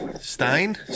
Stein